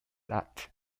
act